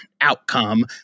outcome